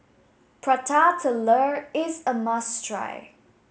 Prata Telur is a must try